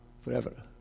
forever